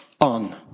on